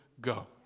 Go